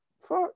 Fuck